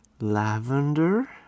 Lavender